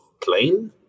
plane